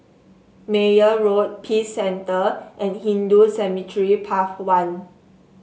Meyer Road Peace Centre and Hindu Cemetery Path one